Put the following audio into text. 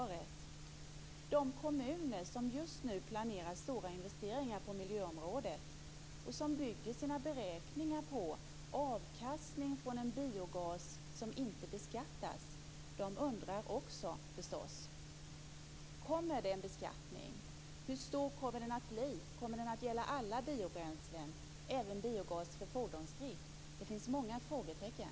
Också de kommuner som just nu planerar stora investeringar på miljöområdet och som byggt sina beräkningar på avkastningen från en icke beskattad biogas undrar förstås över detta. Kommer det en beskattning? Hur stor kommer den att bli? Kommer den att gälla alla biobränslen, även biogas för fordonsdrift? Det finns många frågetecken.